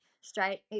straight